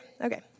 okay